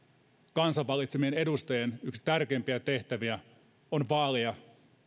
kansan valitsemien edustajien yksi tärkeimpiä tehtäviä on vaalia